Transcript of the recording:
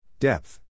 Depth